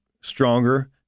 stronger